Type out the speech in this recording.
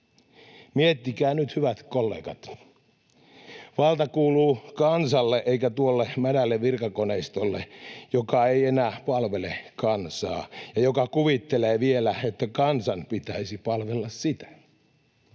Miettikää nyt, hyvät kollegat: valta kuuluu kansalle eikä tuolle mädälle virkakoneistolle, joka ei enää palvele kansaa ja joka kuvittelee vielä, että kansan pitäisi palvella sitä.